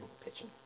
pitching